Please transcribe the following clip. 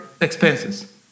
expenses